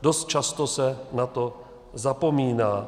Dost často se na to zapomíná.